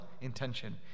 intention